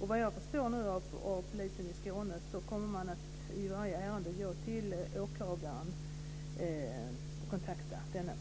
om det. Vad jag förstår av polisen i Skåne kommer man i varje ärende att kontakta åklagaren.